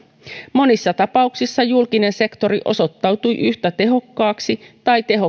monissa tapauksissa julkinen sektori osoittautui yhtä tehokkaaksi tai